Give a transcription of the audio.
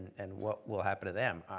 and what will happen to them?